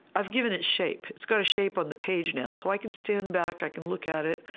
i've given it shape. it's got a shape on the page now. so i can stand back, i can look at it,